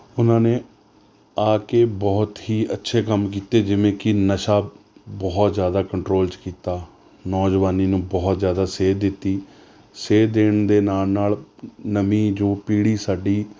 ਉਹਨਾਂ ਨੇ ਆ ਕੇ ਬਹੁਤ ਹੀ ਅੱਛੇ ਕੰਮ ਕੀਤੇ ਜਿਵੇਂ ਕਿ ਨਸ਼ਾ ਬਹੁਤ ਜ਼ਿਆਦਾ ਕੰਟਰੋਲ 'ਚ ਕੀਤਾ ਨੌਜਵਾਨੀ ਨੂੰ ਬਹੁਤ ਜ਼ਿਆਦਾ ਸੇਧ ਦਿੱਤੀ ਸੇਧ ਦੇਣ ਦੇ ਨਾਲ ਨਾਲ ਨਵੀਂ ਜੋ ਪੀੜ੍ਹੀ ਸਾਡੀ